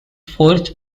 fourth